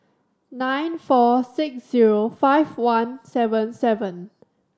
nine four six zero five one seven seven